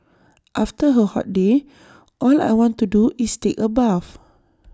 after A hot day all I want to do is take A bath